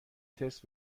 تست